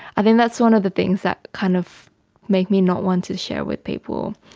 i think that's one of the things that kind of makes me not want to share with people.